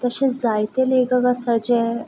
तशे जायते लेखक आसा जे